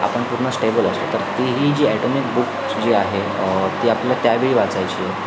आपण पूर्ण स्टेबल असतो तर ती ही जी ॲटोमिक बुक जी आहे ती आपल्याला त्यावेळी वाचायची आहे